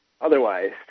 otherwise